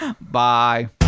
Bye